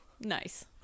Nice